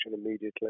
immediately